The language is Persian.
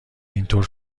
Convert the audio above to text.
اینطور